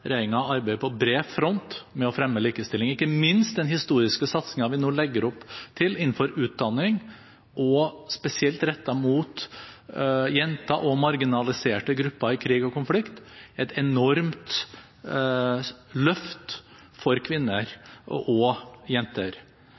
arbeider på bred front med å fremme likestilling. Ikke minst er den historiske satsingen vi nå legger opp til innenfor utdanning, spesielt rettet mot jenter og marginaliserte grupper i krig og konflikt, et enormt løft for kvinner og jenter.